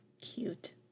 Cute